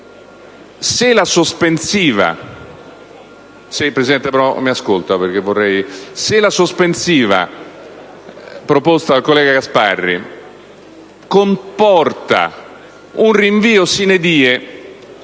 sospensiva proposta dal collega Gasparri comporta un rinvio *sine die*,